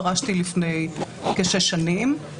פרשתי לפני כשש שנים.